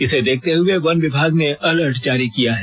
इसे देखते हुए वन विभाग ने अलर्ट जारी किया है